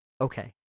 okay